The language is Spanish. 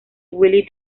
willie